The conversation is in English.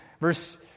verse